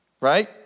right